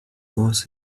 also